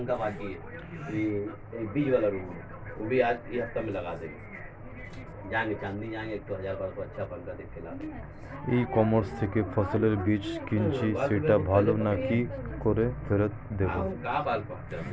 ই commerce থেকে ফসলের বীজ কিনেছি সেটা ভালো না কি করে ফেরত দেব?